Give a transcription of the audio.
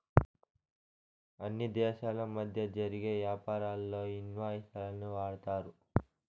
అన్ని దేశాల మధ్య జరిగే యాపారాల్లో ఇన్ వాయిస్ లను వాడతారు